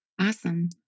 Awesome